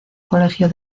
colegio